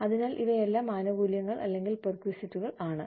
അതിനാൽ ഇവയെല്ലാം ആനുകൂല്യങ്ങൾ അല്ലെങ്കിൽ പെർക്വിസിറ്റുകൾ ആണ്